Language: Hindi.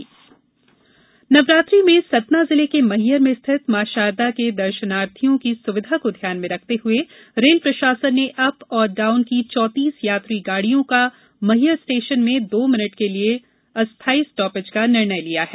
रेल सुविधा नवरात्रि में सतना जिले के मैहर में स्थित मॉ शारदा के दर्शनार्थियों की सुविधा को ध्यान में रखते हए रेल प्रशासन ने अप और डाउन की चौतीस यात्री गाड़ियों का मैहर स्टेशन में दो मिनिट के लिए अंस्थाई स्टापेज का निर्णय लिया है